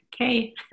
okay